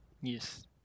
Yes